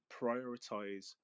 prioritize